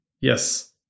Yes